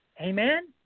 Amen